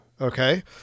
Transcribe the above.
okay